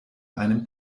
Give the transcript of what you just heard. einem